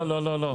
לא, לא, לא.